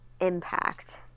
impact